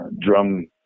drum